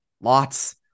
Lots